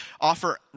offer